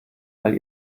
weil